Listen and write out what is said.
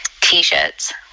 t-shirts